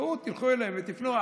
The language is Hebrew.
תלכו אליהם ותפנו.